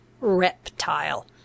Reptile